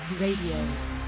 Radio